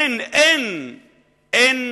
לכן, כן, אין